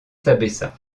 s’abaissa